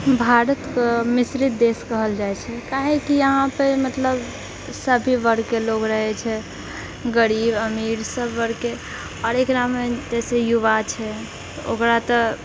भारत मिश्रित देश कहल जाइछेै काहेकि यहाँपर मतलब सभी वर्गके लोग रहैछै गरीब अमीर सब वर्गकेँ आओर एकरामे जैसे युवा छै ओकरा तऽ